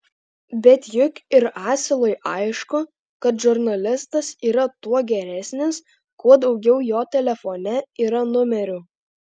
bet juk ir asilui aišku kad žurnalistas yra tuo geresnis kuo daugiau jo telefone yra numerių